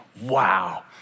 wow